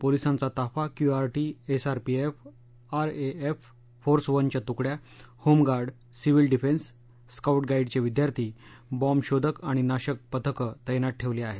पोलिसांचा ताफा QRT SRPF RAF force वनच्या तुकड्या होमगार्ड सिव्हील डिफेन्स स्काऊट गाईडचे विद्यार्थी बॉम्बशोधक आणि नाशक पथक तैनात ठेवली आहेत